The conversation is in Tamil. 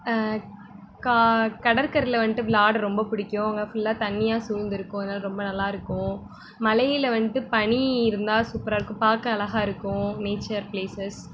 கடற்கரையில் வந்துட்டு விளாட ரொம்ப பிடிக்கும் அங்கே ஃபுல்லாக தண்ணியால் சூழ்ந்திருக்கும் அதனால் ரொம்ப நல்லாயிருக்கும் மலையில் வந்துட்டு பனி இருந்தால் சூப்பராக இருக்கும் பார்க்க அழகா இருக்கும் நேச்சர் ப்ளேஸஸ்